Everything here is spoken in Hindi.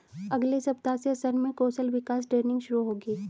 अगले सप्ताह से असम में कौशल विकास ट्रेनिंग शुरू होगी